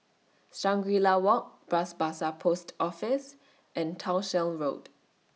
Shangri La Walk Bras Basah Post Office and Townshend Road